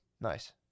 nice